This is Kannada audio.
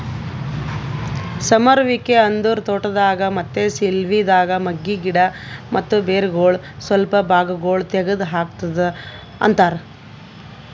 ಸಮರುವಿಕೆ ಅಂದುರ್ ತೋಟದಾಗ್, ಮತ್ತ ಸಿಲ್ವಿದಾಗ್ ಮಗ್ಗಿ, ಗಿಡ ಮತ್ತ ಬೇರಗೊಳ್ ಸ್ವಲ್ಪ ಭಾಗಗೊಳ್ ತೆಗದ್ ಹಾಕದ್ ಅಂತರ್